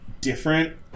different